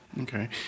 Okay